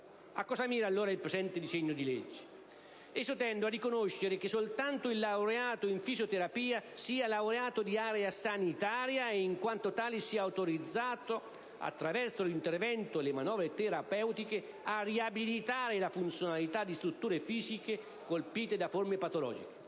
A cosa mira allora il presente disegno di legge? Esso tende a riconoscere che soltanto il laureato in fisioterapia sia laureato di area sanitaria ed in quanto tale sia autorizzato - attraverso l'intervento e le manovre terapeutiche - a riabilitare la funzionalità di strutture fisiche colpite da forme patologiche,